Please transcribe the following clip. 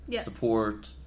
support